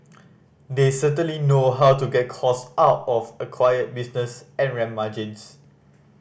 they certainly know how to get cost out of acquired business and ramp margins